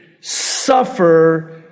suffer